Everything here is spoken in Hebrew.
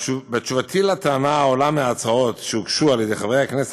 בתשובתי על הטענה העולה מההצעות שהוגשו על-ידי חברי הכנסת